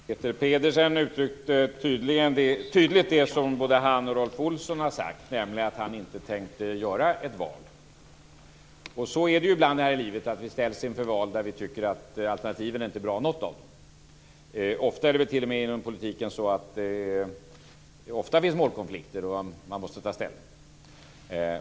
Fru talman! Peter Pedersen uttryckte tydligt det som både han och Rolf Olsson har sagt, nämligen att han inte tänker göra ett val. Så är det ibland här i livet. Vi ställs inför val där vi tycker att inte något av alternativen är bra. Inom politiken är det t.o.m. ofta så att det finns målkonflikter och att man måste ta ställning.